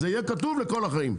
זה יהיה כתוב לכל החיים,